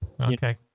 Okay